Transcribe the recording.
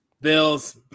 Bills